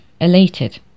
elated